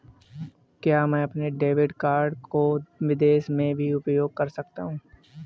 क्या मैं अपने डेबिट कार्ड को विदेश में भी उपयोग कर सकता हूं?